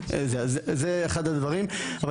זה אחד הדברים.